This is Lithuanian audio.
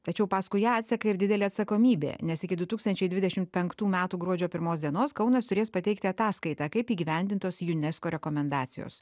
tačiau paskui ją atseka ir didelė atsakomybė nes iki du tūkstančiai dvidešimt penktų metų gruodžio pirmos dienos kaunas turės pateikti ataskaitą kaip įgyvendintos unesco rekomendacijos